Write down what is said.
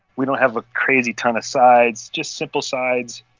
we don't have a crazy ton of sides, just simple sides.